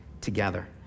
together